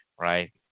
right